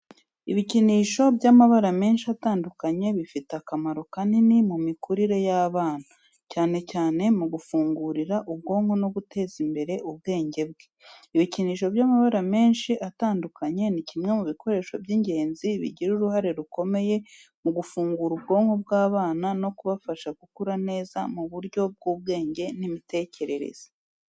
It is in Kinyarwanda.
Ibikinisho by’amabara menshi atandukanye bifite akamaro kanini mu mikurire y’umwana, cyane cyane mu gufungurira ubwonko no guteza imbere ubwenge bwe. Ibikinisho by’amabara menshi atandukanye ni kimwe mu bikoresho by’ingenzi bigira uruhare rukomeye mu gufungura ubwonko bw’abana no kubafasha gukura neza mu buryo bw’ubwenge n’imitekerereze.